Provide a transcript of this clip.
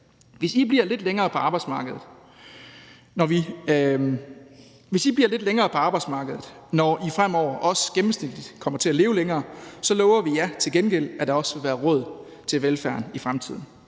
Hvis I bliver lidt længere på arbejdsmarkedet, når I fremover gennemsnitligt også kommer til at leve længere, så lover vi jer til gengæld, at der også vil være råd til velfærden i fremtiden.